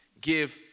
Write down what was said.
Give